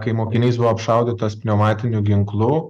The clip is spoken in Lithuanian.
kai mokinys buvo apšaudytas pneumatiniu ginklu